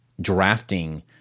drafting